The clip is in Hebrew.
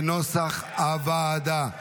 כנוסח הוועדה.